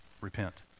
Repent